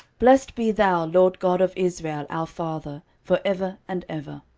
blessed be thou, lord god of israel our father, for ever and ever.